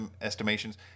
estimations